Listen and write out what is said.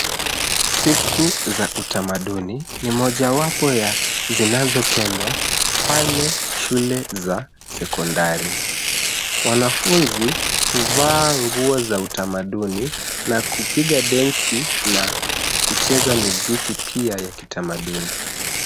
Siku za utamaduni ni mojawapo ya zinazopendwa pale shule za sekondari. Wanafunzi huvaa nguo za utamaduni na kupiga densi na kucheza muziki pia ya kitamaduni.